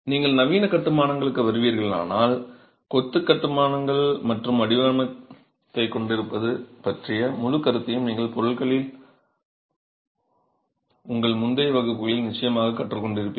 நீங்கள் நவீன கட்டுமானங்களுக்கு வருவீர்களானால் கொத்து மற்றும் வடிவத்தைக் கொண்டிருப்பது பற்றிய முழுக் கருத்தையும் நீங்கள் பொருள்களில் உங்கள் முந்தைய வகுப்புகளில் நிச்சயமாகக் கற்றுக்கொண்டிருப்பீர்கள்